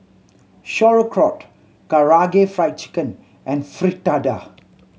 Sauerkraut Karaage Fried Chicken and Fritada